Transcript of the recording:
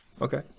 Okay